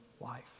life